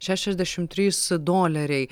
šešiasdešimt trys doleriai